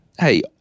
Hey